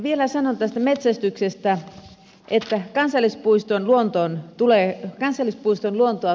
vielä sanon tästä metsästyksestä että kansallispuiston luontoa tulee hoitaa